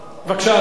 בבקשה, אדוני.